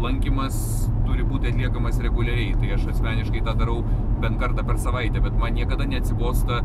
lankymas turi būti atliekamas reguliariai tai aš asmeniškai tą darau bent kartą per savaitę bet man niekada neatsibosta